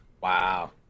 Wow